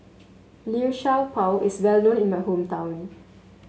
Liu Sha Bao is well known in my hometown